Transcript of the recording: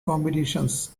competitions